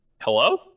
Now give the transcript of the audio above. Hello